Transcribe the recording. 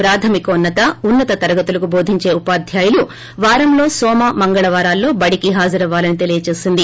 ప్రాథమికోన్నత ఉన్నత తరగతులకు బోధించే ఉపాధ్యాయులు వారంలో నోమ మంగళవారాల్లో బడికి హాజరవ్యాలని తెలిపింది